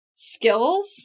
Skills